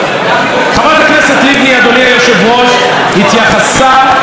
התייחסה לסוגיית רצועת עזה.